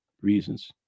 reasons